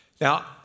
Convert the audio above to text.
Now